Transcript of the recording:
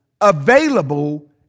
available